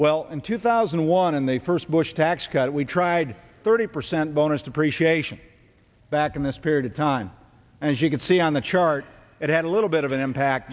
well in two thousand and one in the first bush tax cut we tried thirty percent bonus depreciation back in this period of time as you can see on the chart it had a little bit of an impact